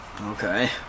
Okay